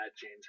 James